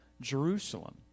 Jerusalem